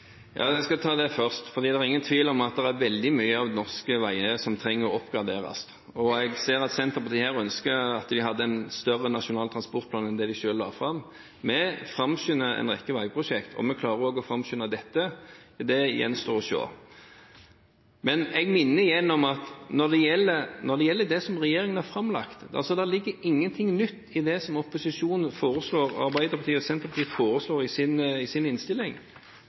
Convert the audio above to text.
Jeg skal ta det først, for det er ingen tvil om at det er veldig mange norske veier som trenger å oppgraderes. Jeg ser at Senterpartiet her ønsker at de hadde en større Nasjonal transportplan enn det de selv la fram. Vi framskynder en rekke veiprosjekter. Om vi også klarer å framskynde dette, gjenstår å se. Jeg minner igjen om at når det gjelder det som regjeringen har framlagt, ligger det ingenting nytt i det som en del av opposisjonen, Arbeiderpartiet og Senterpartiet, har forslag om i